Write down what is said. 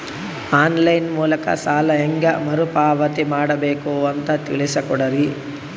On line ಮೂಲಕ ಸಾಲ ಹೇಂಗ ಮರುಪಾವತಿ ಮಾಡಬೇಕು ಅಂತ ತಿಳಿಸ ಕೊಡರಿ?